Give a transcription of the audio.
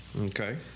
Okay